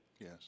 Yes